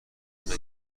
نگیر